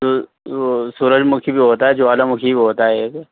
سورج مکھی بھی ہوتا ہے جوالا مکھی بھی ہوتا ہے ایک